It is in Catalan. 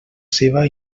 seva